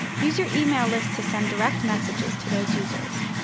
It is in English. use your email list to send direct messages to those users.